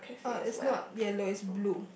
uh it's not yellow it's blue